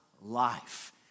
life